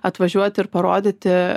atvažiuot ir parodyti